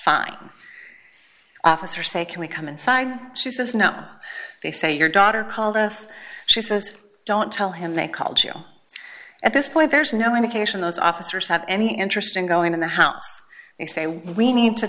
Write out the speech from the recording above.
fine officer say can we come and she says now they say your daughter called earth she says don't tell him they called you at this point there's no indication those officers have any interest in going to the house they say we need to